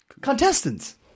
contestants